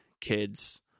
kids